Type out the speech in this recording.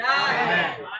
Amen